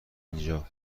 اینجا